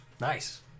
Nice